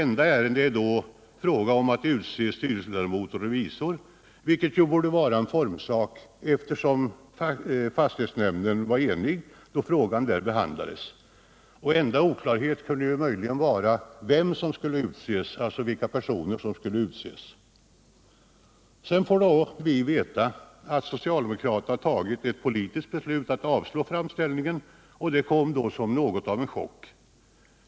Enda ärende är att utse styrelseledamot och revisor, vilket borde vara en formsak eftersom fastighetsnämnden var enig då frågan behandlades där. Enda oklarhet skulle vara vilka personer som skulle utses. Sedan får vi då veta att socialdemokraterna tagit ett politiskt beslut att avslå framställningen. Detta kom som något av en chock.